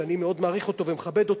ואני מאוד מעריך אותו ומכבד אותו,